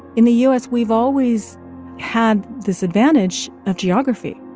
in the u s, we've always had this advantage of geography.